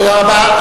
תודה רבה.